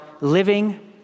living